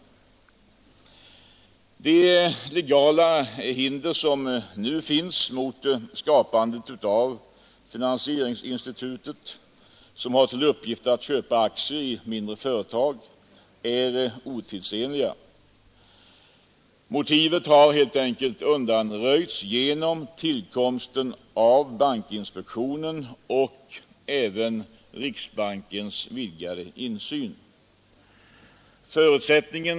De legala hinder som nu finns mot skapandet av finansieringsinstitutet, som har till uppgift att köpa aktier i mindre företag, är otidsenliga. Motivet har helt enkelt undanröjts genom tillkomsten av bankinspektionen och även genom riksbankens vidgade insyn.